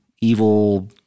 evil